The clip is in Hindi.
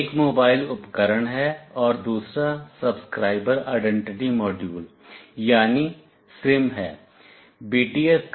एक मोबाइल उपकरण है और दूसरा सब्सक्राइबर आइडेंटिटी मॉड्यूल यानी सिम है